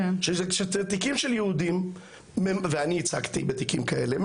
שתיקים של יהודים ואני ייצגתי בתיקים כאלה,